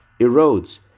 erodes